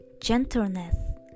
gentleness